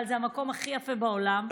אבל זה המקום הכי יפה בעולם.